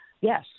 Yes